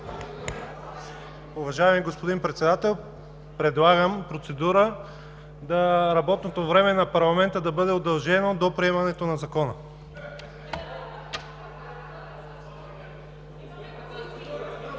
Уважаеми господин Председател, предлагам процедура – работното време на парламента да бъде удължено до приемането на Закона.